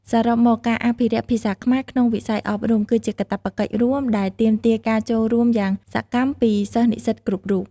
សរុបមក ការអភិរក្សភាសាខ្មែរក្នុងវិស័យអប់រំ គឺជាកាតព្វកិច្ចរួមដែលទាមទារការចូលរួមយ៉ាងសកម្មពីសិស្សនិស្សិតគ្រប់រូប។